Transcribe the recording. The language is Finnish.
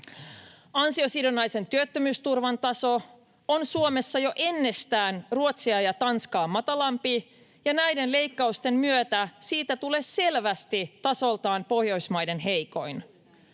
Ansiosidonnaisen työttömyysturvan taso on Suomessa jo ennestään Ruotsia ja Tanskaa matalampi, ja näiden leikkausten myötä siitä tulee selvästi tasoltaan Pohjoismaiden heikoin.